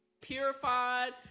purified